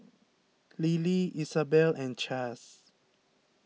Lily Isabel and Chaz